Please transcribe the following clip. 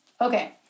Okay